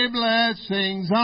blessings